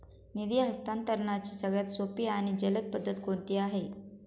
निधी हस्तांतरणाची सगळ्यात सोपी आणि जलद पद्धत कोणती आहे?